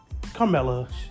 Carmella